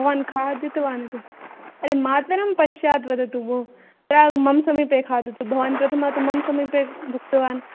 भवान् खादितवान् इदम् अरे मातरं पश्चात् वदतु भोः प्राग् मम् समीपे खादतु भवान् प्रथम् मम् समीपे भुक्तवान्